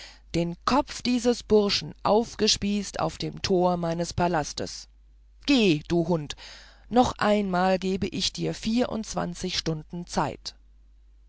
den kopf dieses burschen aufgespießt auf dem tor meines palastes gehe du hund noch einmal geb ich dir vierundzwanzig stunden zeit